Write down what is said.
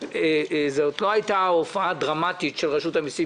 זאת לא הייתה הופעה דרמטית של רשות המסים